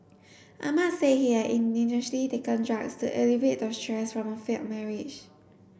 Ahmad said he had initially taken drugs to alleviate the stress from a failed marriage